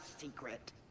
secret